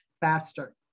faster